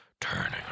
turning